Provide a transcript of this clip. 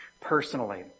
personally